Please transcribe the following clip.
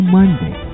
Monday